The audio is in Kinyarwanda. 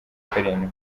karindwi